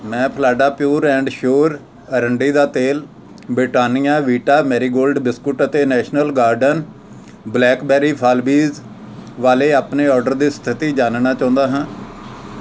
ਮੈਂ ਫਾਲਾਡਾ pure and sure ਆਰੰਡੀ ਦਾ ਤੇਲ Britannia Vita Marie Gold biscuit ਅਤੇ ਨੈਸ਼ਨਲ ਗਾਰਡਨ ਬਲੈਕਬੇਰੀ ਫਲ ਬੀਜ ਵਾਲੇ ਆਪਣੇ ਔਡਰ ਦੀ ਸਥਿਤੀ ਜਾਣਨਾ ਚਾਹੁੰਦਾ ਹਾਂ